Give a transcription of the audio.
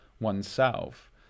oneself